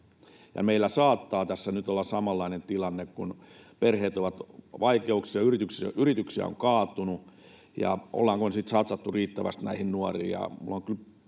Meillä saattaa tässä nyt olla samanlainen tilanne, kun perheet ovat vaikeuksissa, yrityksiä on kaatunut. Ollaanko me satsattu riittävästi näihin nuoriin?